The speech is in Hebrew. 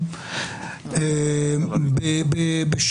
זה מה שנאמר כאן על